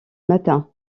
matin